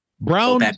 Brown